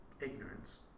ignorance